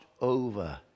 over